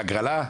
הגרלה?